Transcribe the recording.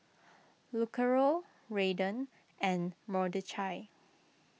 Lucero Raiden and Mordechai